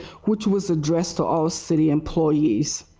which was addressed to all city employees.